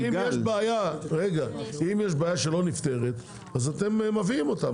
אם יש בעיה שלא נפתרת, אתם מביאים אותה.